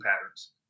patterns